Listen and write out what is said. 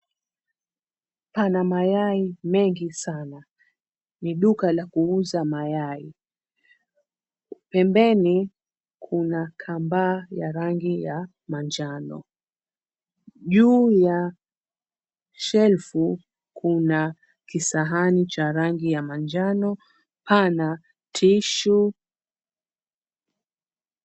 Pana mayai mengi sana. Ni duka la kuuza mayai. Pembeni kuna kamba ya rangi ya manjano. Juu ya shelfu kuna kisahani cha rangi ya manjano, pana tissue .